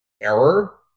error